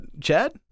Chad